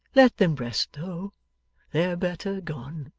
let them rest though they're better gone